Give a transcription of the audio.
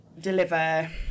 deliver